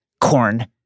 Corn